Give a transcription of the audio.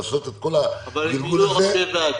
לעשות את כל הגלגול הזה --- אבל יהיו ראשי ועדות.